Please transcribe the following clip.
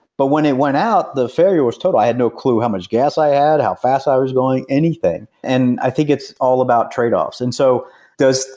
but when it went out the ferry was totaled, i had no clue how much gas i had, how fast i was going, anything. and i think it's all about trade-offs and so items